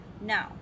now